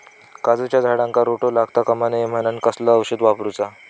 काजूच्या झाडांका रोटो लागता कमा नये म्हनान कसला औषध वापरूचा?